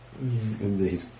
Indeed